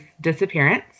disappearance